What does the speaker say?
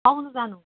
आउनु जानु